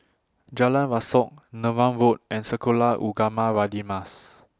Jalan Rasok Neram Road and Sekolah Ugama Radin Mas